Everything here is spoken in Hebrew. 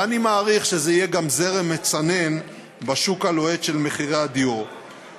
ואני מעריך שזה יהיה גם זרם מצנן בשוק הלוהט של מחירי הדירות.